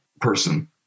person